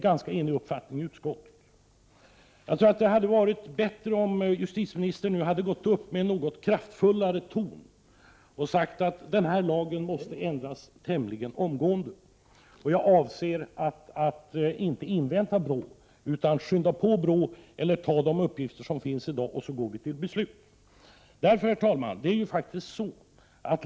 1988/89:46 eniga om det. Jag tror att det hade varit bättre om justitieministern gått uppi 15 december 1988 talarstolen och med något kraftfullare ton sagt att lagen måste ändras tämligen omgående och att hon avser att inte avvakta BRÅ:s utredning utan gå till beslut på grundval av de uppgifter som finns i dag eller att skynda på BRÅ. Herr talman!